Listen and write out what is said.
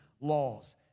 laws